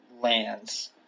lands